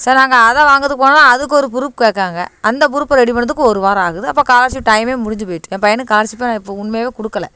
சரி நாங்கள் அதை வாங்குறதுக்கு போனோன்னால் அதுக்கு ஒரு ப்ரூஃப் கேக்காறாங்க அந்த ப்ரூஃப்பை ரெடி பண்ணுறதுக்கு ஒரு வாரம் ஆகுது அப்போ ஸ்காலர்ஷிப் டைமே முடிஞ்சுப் போயிட்டு என் பையனுக்கு ஸ்காலர்ஷிப்பே நான் இப்போ உண்மையாகவே கொடுக்கல